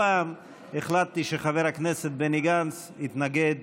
הפעם החלטתי שחבר הכנסת בני גנץ יתנגד